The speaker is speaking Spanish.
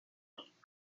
ocho